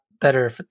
better